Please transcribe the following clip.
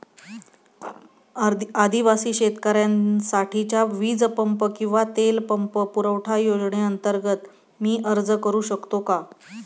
आदिवासी शेतकऱ्यांसाठीच्या वीज पंप किंवा तेल पंप पुरवठा योजनेअंतर्गत मी अर्ज करू शकतो का?